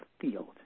field